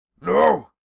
No